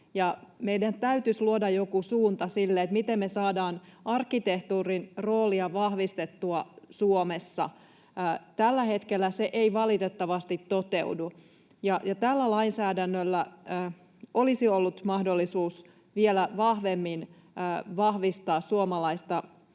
meidän täytyisi luoda joku suunta sille, miten me saadaan arkkitehtuurin roolia vahvistettua Suomessa. Tällä hetkellä se ei valitettavasti toteudu, ja tällä lainsäädännöllä olisi ollut mahdollisuus vielä vahvemmin vahvistaa suomalaista